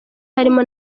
harimo